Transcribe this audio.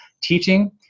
teaching